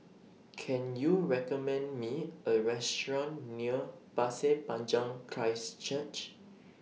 Can YOU recommend Me A Restaurant near Pasir Panjang Christ Church